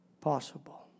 possible